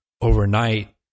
overnight